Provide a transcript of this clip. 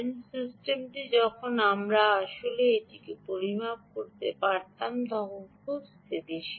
সিস্টেমটি যখন আমরা আসলে একটি পরিমাপ করতাম তখন খুব স্থিতিশীল হয়